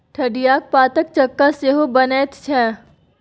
ठढियाक पातक चक्का सेहो बनैत छै